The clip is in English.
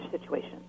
situation